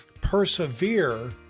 persevere